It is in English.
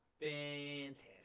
fantastic